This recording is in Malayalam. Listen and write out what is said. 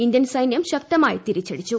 ഇന്ത്യൻ സൈന്യം ശക്തമായി തിരിച്ചടിച്ചു